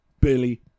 Billy